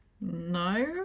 No